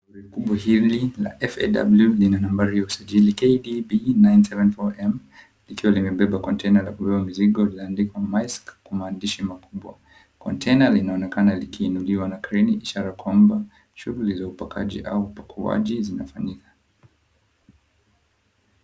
Gari kubwa hili ya FAW lina nambari ya usajili KDB 974M likiwa limebeba konteina la kubeba mizigo ilioandikwa, Maesk kwa maandishi makubwa. Konteina linaonekana likiinuliwa na kreni ishara kwamba shughuli za upakaji au upakuaji zinafanyika.